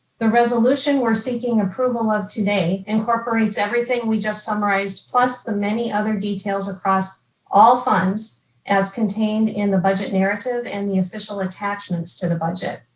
the resolution we're seeking approval of today incorporates everything we just summarized, plus the many other details across all funds as contained in the budget narrative and the official attachments to the budget.